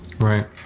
Right